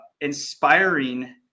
inspiring